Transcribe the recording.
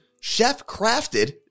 chef-crafted